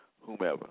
whomever